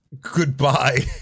Goodbye